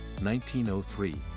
1903